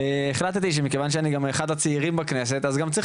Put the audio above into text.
החלטתי שמכיוון שאני גם אחד הצעירים בכנסת אז גם צריך